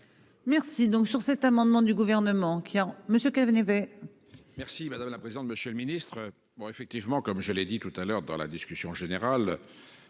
Merci donc sur cet amendement du gouvernement qui a un monsieur qui venu. Merci madame la présidente, monsieur le ministre. Bon effectivement comme je l'ai dit tout à l'heure dans la discussion générale.